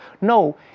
No